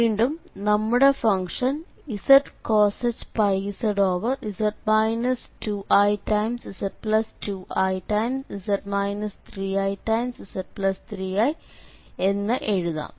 വീണ്ടും നമ്മുടെ ഫംഗ്ഷൻzcosh πz z2iz3i എന്ന് എഴുതാം